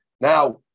now